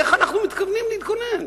איך אנחנו מתכוונים להתגונן?